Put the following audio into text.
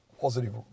positive